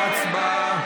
להצביע?